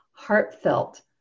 heartfelt